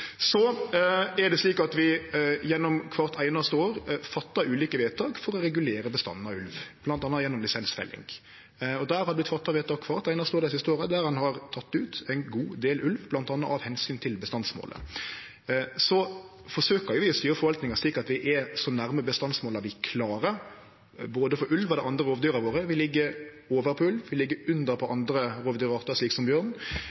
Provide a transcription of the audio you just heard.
Så er det slik at vi gjennom kvart einaste år gjer ulike vedtak for å regulere bestanden av ulv, bl.a. gjennom lisensfelling. Vi har gjort vedtak kvart einaste år dei siste åra, der ein har teke ut ein god del ulv bl.a. av omsyn til bestandsmålet. Så forsøkjer vi å styre forvaltinga slik at vi er så nærme bestandsmåla vi klarer, både for ulv og dei andre rovdyra våre. Vi ligg over på ulv, vi ligg under på andre rovdyrartar, slik som bjørn,